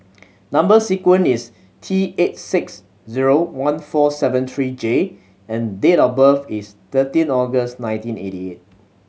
number sequence is T eight six zero one four seven three J and date of birth is thirteen August nineteen eighty eight